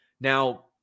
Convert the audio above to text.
Now